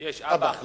יש, אב"כ.